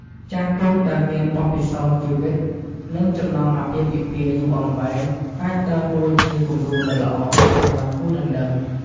ចាស់ទុំដែលមានបទពិសោធន៍ជីវិត និងចំណងអាពាហ៍ពិពាហ៍យូរអង្វែង អាចដើរតួជា គំរូដ៏ល្អ សម្រាប់គូដណ្ដឹង។